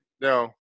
No